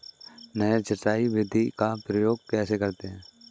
नहर सिंचाई विधि का उपयोग कैसे करें?